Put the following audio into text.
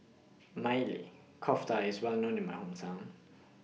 Maili Kofta IS Well known in My Hometown